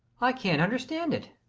i can't understand it.